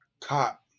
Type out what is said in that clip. cop